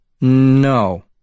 No